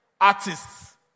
artists